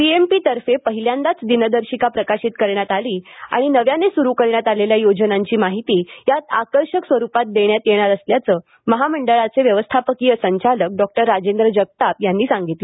पीएमपीतर्फे पहिल्यांदाच दिनदर्शिका प्रकाशित करण्यात आली असून नव्याने सुरू करण्यात आलेल्या योजनांची माहिती यात आकर्षक स्वरूपात देण्यात आल्याचं महामंडळाचे व्यवस्थापकीय संचालक डॉक्टर राजेंद्र जगताप यांनी सांगितलं